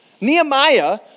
Nehemiah